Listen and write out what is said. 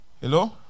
Hello